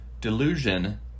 delusion